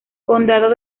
condado